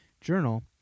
journal